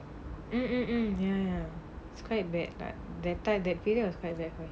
mm mm mm ya ya it's quite bad like that time that period was quite bad